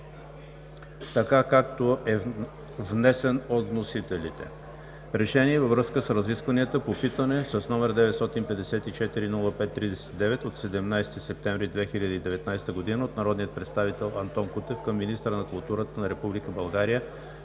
така, както е внесен от вносителите: „Проект! РЕШЕНИЕ във връзка с разискванията по питане № 954-05-39/17 септември 2019 г. от народния представител Антон Кутев към министъра на културата на Република България